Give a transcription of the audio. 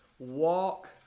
Walk